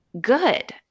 good